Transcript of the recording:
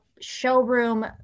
showroom